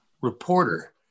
reporter